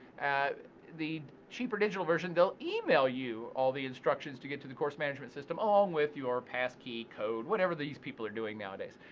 at the cheaper digital version, they'll email you all the instructions to get to the course management system, along um with your pass key, code, whatever these people are doing nowadays.